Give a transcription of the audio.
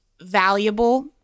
valuable